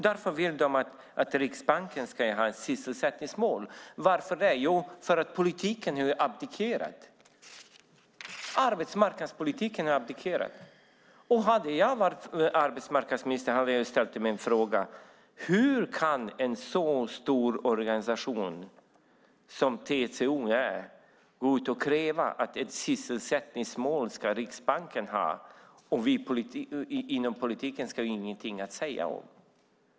Därför vill de att Riksbanken ska ha ett sysselsättningsmål. Varför det? Jo, därför att arbetsmarknadspolitiken nu har abdikerat. Om jag hade varit arbetsmarknadsminister skulle jag ha ställt mig frågan: Hur kan en så stor organisation som TCO gå ut och kräva att Riksbanken ska ha ett sysselsättningsmål och att vi inom politiken inte ska ha någonting att säga om det?